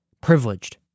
privileged